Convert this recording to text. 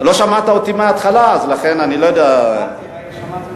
לא שמעת אותי מהתחלה, אז לכן, אני לא יודע, שמעתי.